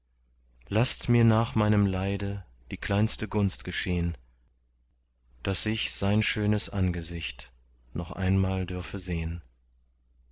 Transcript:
laßt mir nach meinem leide die kleinste gunst geschehn daß ich sein schönes angesicht noch einmal dürfe sehn